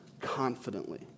confidently